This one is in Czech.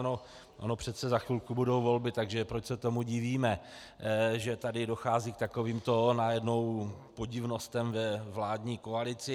No, ony přece za chvilku budou volby, takže proč se tomu divíme, že tady dochází k takovým najednou podivnostem ve vládní koalici.